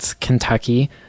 Kentucky